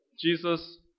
Jesus